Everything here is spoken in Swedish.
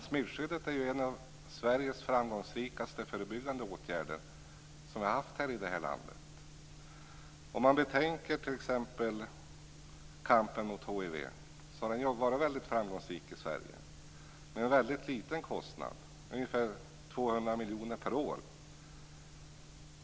Smittskyddet är en av de mest framgångsrika förebyggande åtgärder vi har haft i Sverige. Om man betänker t.ex. kampen mot hiv ser man att den har varit väldigt framgångsrik i Sverige och detta till en mycket liten kostnad - ungefär 200 miljoner kronor per år.